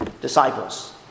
disciples